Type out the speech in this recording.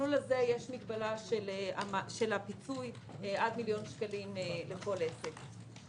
במסלול הזה יש מגבלה של הפיצוי עד מיליון שקל לכל עסק.